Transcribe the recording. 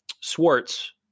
Swartz